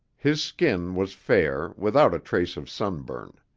his skin was fair, without a trace of sunburn.